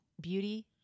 beauty